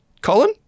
Colin